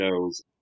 shows